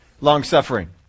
long-suffering